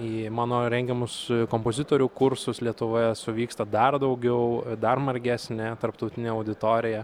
į mano rengiamus kompozitorių kursus lietuvoje suvyksta dar daugiau dar margesnė tarptautinė auditorija